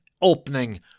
opening